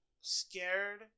scared